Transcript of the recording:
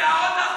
השערות,